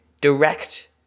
direct